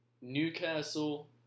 Newcastle